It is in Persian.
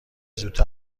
زودتر